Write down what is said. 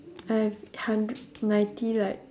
I have a hundred ninety like